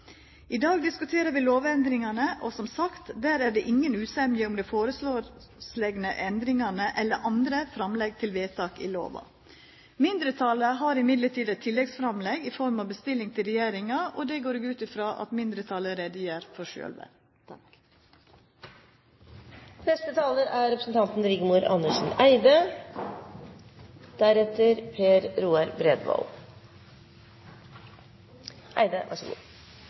I dag diskuterer vi lovendringane, og, som sagt, det er inga usemje om dei foreslåtte endringane eller andre framlegg til vedtak i lova. Mindretalet har likevel eit tilleggsframlegg i form av bestilling til regjeringa. Det går eg ut frå at mindretalet gjer greie for